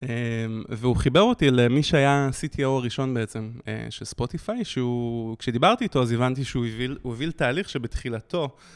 והוא חיבר אותי למי שהיה CTO הראשון בעצם של ספוטיפיי, כשדיברתי איתו אז הבנתי שהוא הוביל תהליך שבתחילתו...